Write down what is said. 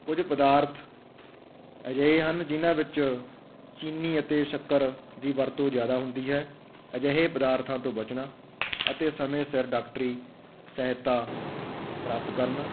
ਕੁਝ ਪਦਾਰਥ ਅਜਿਹੇ ਹਨ ਜਿਨ੍ਹਾਂ ਵਿੱਚ ਚੀਨੀ ਅਤੇ ਸ਼ੱਕਰ ਦੀ ਵਰਤੋਂ ਜ਼ਿਆਦਾ ਹੁੰਦੀ ਹੈ ਅਜਿਹੇ ਪਦਾਰਥਾਂ ਤੋਂ ਬਚਣਾ ਅਤੇ ਸਮੇਂ ਸਿਰ ਡਾਕਟਰੀ ਸਹਾਇਤਾ ਪ੍ਰਾਪਤ ਕਰਨਾ